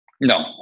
No